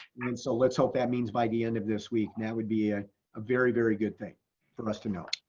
and so let's hope that means by the end of this week. that would be a ah very, very good thing for us to know.